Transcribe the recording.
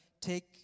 take